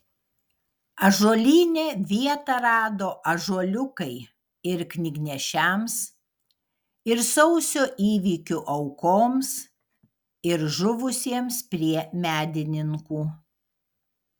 ąžuolyne vietą rado ąžuoliukai ir knygnešiams ir sausio įvykių aukoms ir žuvusiems prie medininkų